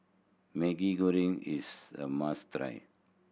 Maggi Goreng is a must try